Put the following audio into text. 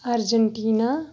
Argentina